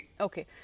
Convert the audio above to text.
Okay